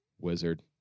wizard